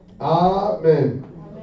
Amen